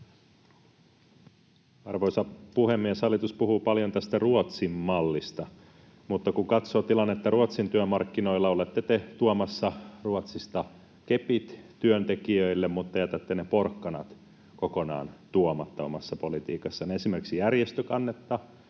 Arvoisa puhemies! Hallitus puhuu paljon tästä Ruotsin-mallista. Mutta kun katsoo tilannetta Ruotsin työmarkkinoilla, olette te tuomassa Ruotsista kepit työntekijöille, mutta jätätte ne porkkanat kokonaan tuomatta omassa politiikassanne. Esimerkiksi järjestökannetta,